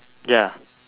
ya